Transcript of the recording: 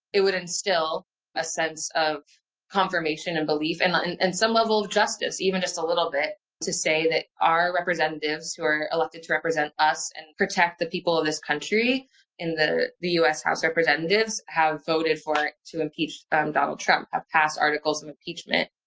it would instill a sense of confirmation and belief and and and some level of justice even just a little bit to say that our representatives who are elected to represent us and protect the people of this country in the the us house representatives have voted for it to impeach um donald trump, have passed articles of impeachment,